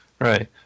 Right